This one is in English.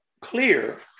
clear